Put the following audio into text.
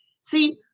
See